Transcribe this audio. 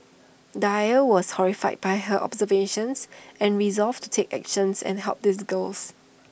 dyer was horrified by her observations and resolved to take actions and help these girls